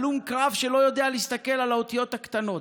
הלום קרב שלא יודע להסתכל על האותיות הקטנות.